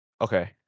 okay